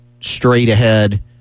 straight-ahead